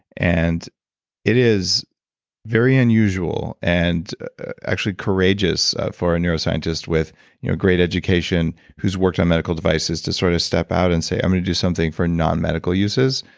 and it is very unusual, and actually courageous for a neuroscientist with great education whose worked on medical devices to sort of step out and say, i'm gonna do something for non-medical uses.